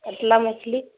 کتلا مچھلی